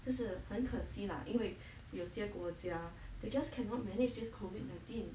就是很可惜 lah 因为有些国家 they just cannot manage this COVID nineteen